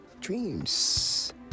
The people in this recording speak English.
dreams